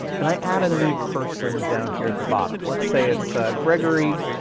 and i add a new person down here at the bottom, let's say it's gregory